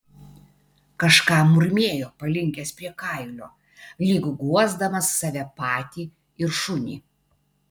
kažką murmėjo palinkęs prie kailio lyg guosdamas save patį ir šunį